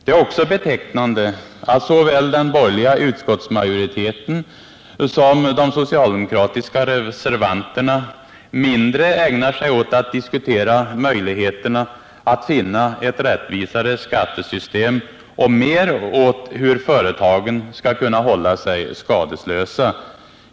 Det är också betecknande att såväl den borgerliga utskottsmajoriteten som de socialdemokratiska reservanterna mindre ägnar sig åt att diskutera möjligheterna att finna ett rättvisare skattesystem och mer åt hur företagen skall kunna hålla sig skadeslösa.